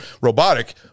robotic